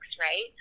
right